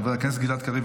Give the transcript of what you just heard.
חבר הכנסת גלעד קריב,